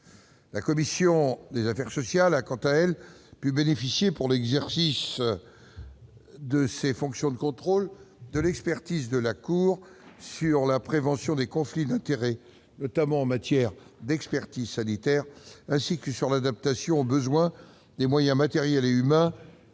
La commission des affaires sociales a, quant à elle, pu bénéficier, pour l'exercice de ses fonctions de contrôle, de l'expertise de la Cour des comptes sur la prévention des conflits d'intérêts en matière d'expertise sanitaire, ainsi que sur l'adaptation aux besoins des moyens matériels et humains